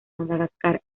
madagascar